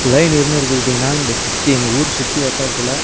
குழாய் நீருன்னு எடுத்துக்கிட்டீங்கனா இந்த சுற்றி எங்கள் ஊர் சுற்றி வட்டாரத்தில்